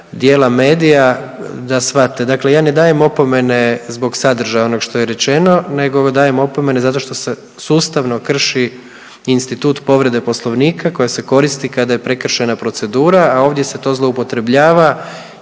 dijela medija da svate, dakle ja ne dajem opomene zbog sadržaja onog što je rečeno nego dajem opomene zato što se sustavno krši institut povrede poslovnika koji se koristi kada je prekršena procedura, a ovdje se to zloupotrebljava